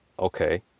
Okay